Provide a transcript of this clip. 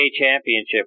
Championship